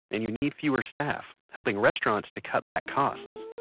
and you need fewer staff, helping restaurants to cut back costs